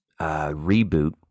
reboot